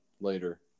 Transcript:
later